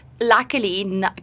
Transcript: luckily